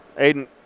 Aiden